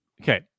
Okay